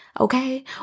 Okay